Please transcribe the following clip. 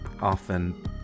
often